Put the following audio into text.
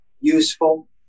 useful